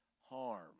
harm